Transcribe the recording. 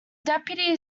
deputy